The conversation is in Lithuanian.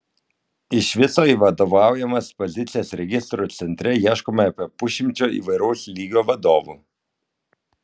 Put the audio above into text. iš viso į vadovaujamas pozicijas registrų centre ieškoma apie pusšimčio įvairaus lygio vadovų